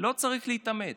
לא צריך להתאמץ.